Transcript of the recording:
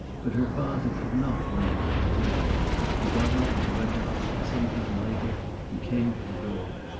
but her father did not read it at the table he got up and went out, and some time later he came to the door.